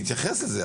נתייחס לזה.